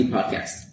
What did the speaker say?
Podcast